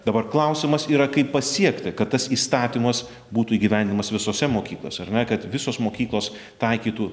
dabar klausimas yra kaip pasiekti kad tas įstatymas būtų įgyvendinamas visose mokyklose ar ne kad visos mokyklos taikytų